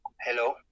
hello